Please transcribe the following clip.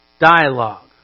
dialogue